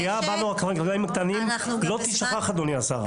הפגיעה בנו החקלאים הקטנים לא תישכח, אדוני השר.